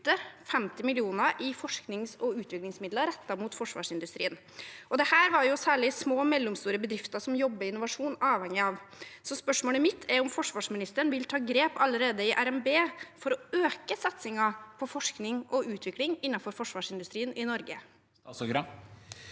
50 mill. kr i forsknings- og utviklingsmidler rettet mot forsvarsindustrien. Dette er særlig små og mellomstore bedrifter som jobber med innovasjon, avhengige av. Spørsmålet mitt er: Vil forsvarsministeren ta grep allerede i revidert nasjonalbudsjett for å øke satsingen på forskning og utvikling innenfor forsvarsindustrien i Norge?